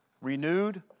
renewed